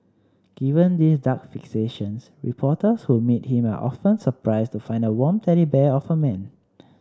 given these dark fixations reporters who meet him are often surprised to find a warm teddy bear of a man